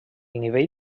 nivell